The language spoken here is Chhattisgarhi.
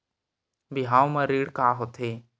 बिहाव म ऋण का होथे?